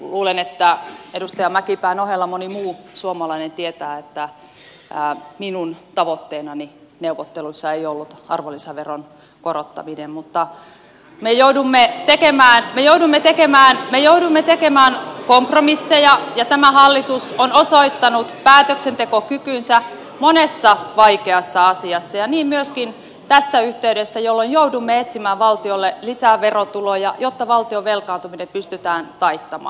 luulen että edustaja mäkipään ohella moni muu suomalainen tietää että minun tavoitteenani neuvotteluissa ei ollut arvonlisäveron korottaminen mutta me jouduimme tekemään kompromisseja ja tämä hallitus on osoittanut päätöksentekokykynsä monessa vaikeassa asiassa niin myöskin tässä yh teydessä jolloin joudumme etsimään valtiolle lisää verotuloja jotta valtion velkaantuminen pystytään taittamaan